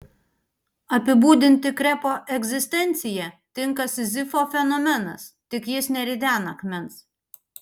apibūdinti krepo egzistenciją tinka sizifo fenomenas tik jis neridena akmens